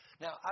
Now